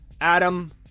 Adam